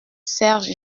serge